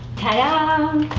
ta da!